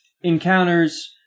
encounters